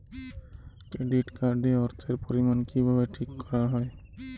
Credit card এর অর্থের পরিমান কিভাবে ঠিক করা হয়?